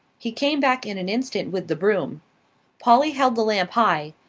he came back in an instant with the broom polly held the lamp high,